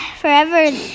forever